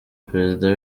perezida